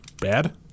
Bad